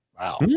Wow